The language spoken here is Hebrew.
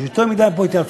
יש פה יותר מדי התייעצויות